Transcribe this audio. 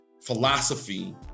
philosophy